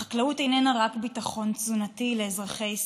החקלאות איננה רק ביטחון תזונתי לאזרחי ישראל.